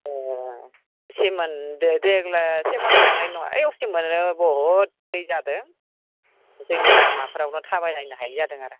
सेमोन देग्लाय सेमोन थांनाय नङा ओइ असिममोन हैनो बुहुद दै जादों जोंनि लामाफोराव थाबायलायनो हायि जादों आरो